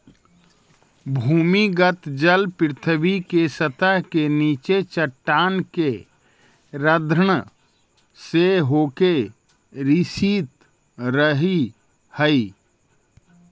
भूमिगत जल पृथ्वी के सतह के नीचे चट्टान के रन्ध्र से होके रिसित रहऽ हई